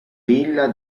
villa